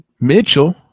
Mitchell